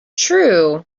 true